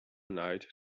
night